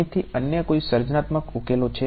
અહીંથી અન્ય કોઈ સર્જનાત્મક ઉકેલો છે